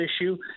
issue